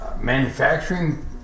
manufacturing